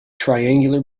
triangular